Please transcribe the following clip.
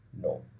no